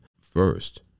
first